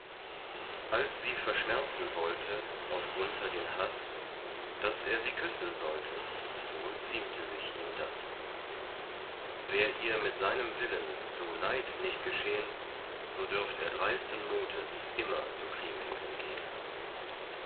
als sie verschmerzen wollte auf gunther den haß daß er sie küssen sollte wohl ziemte sich ihm das wär ihr mit seinem willen so leid nicht geschehn so dürft er dreisten mutes immer zu kriemhilden gehn